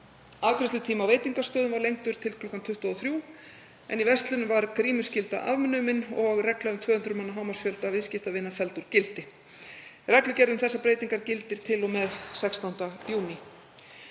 Afgreiðslutími á veitingastöðum var lengdur til kl. 23, en í verslunum var grímuskylda afnumin og regla um 200 manna hámarksfjölda viðskiptavina felld úr gildi. Reglugerð um þessar breytingar gildir til og með 16. júní.